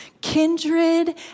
kindred